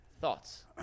Thoughts